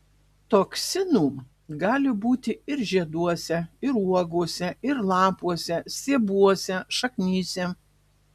toksinų gali būti ir žieduose ir uogose lapuose stiebuose šaknyse